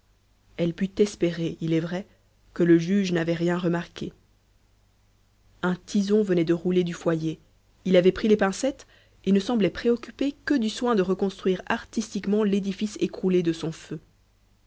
elle put espérer il est vrai que le juge n'avait rien remarqué un tison venait de rouler du foyer il avait pris les pincettes et ne semblait préoccupé que du soin de reconstruire artistement l'édifice écroulé de son feu